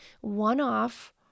one-off